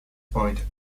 point